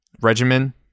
regimen